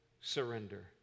surrender